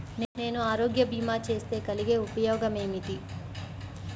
నేను ఆరోగ్య భీమా చేస్తే కలిగే ఉపయోగమేమిటీ?